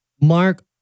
Mark